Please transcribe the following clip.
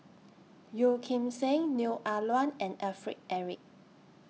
Yeo Kim Seng Neo Ah Luan and Alfred Eric